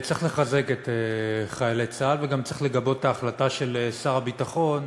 צריך לחזק את חיילי צה"ל וגם צריך לגבות את ההחלטה של שר הביטחון,